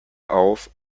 auf